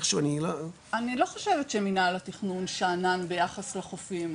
אני לא חושבת שמנהל התכנון שאנן ביחס לחופים.